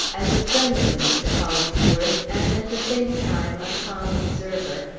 as a friend of mr. hollingsworth, and, at the same time, a calm observer,